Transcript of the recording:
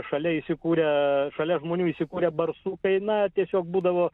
šalia įsikūrę šalia žmonių įsikūrę barsukai na tiesiog būdavo